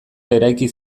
eraiki